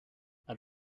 out